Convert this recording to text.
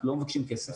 אנחנו לא מבקשים כסף,